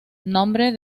nombre